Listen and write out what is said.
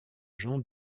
jean